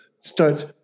starts